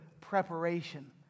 preparation